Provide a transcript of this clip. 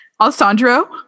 Alessandro